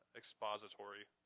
expository